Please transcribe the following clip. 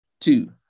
two